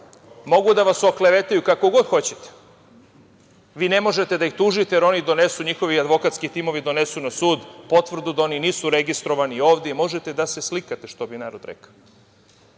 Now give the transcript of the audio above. mogu da vas oklevetaju kako god hoćete, vi ne možete da ih tužite, jer njihovi advokatski timovi oni donesu na sud potvrdu da oni nisu registrovani ovde i možete da se slikate, što bi narod rekao.